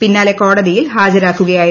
പിന്നാലെ കോടതിയിൽ ഹാജരാക്കുകയായിരുന്നു